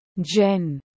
Jen